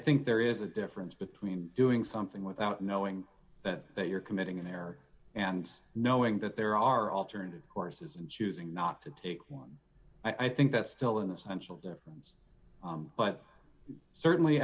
think there is a difference between doing something without knowing that you're committing an error and knowing that there are alternative courses and choosing not to take one i think that's still an essential difference but certainly